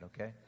okay